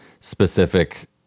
specific